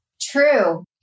True